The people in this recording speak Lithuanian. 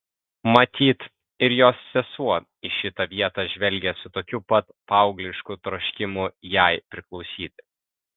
matyt ir jos sesuo į šitą vietą žvelgė su tokiu pat paauglišku troškimu jai priklausyti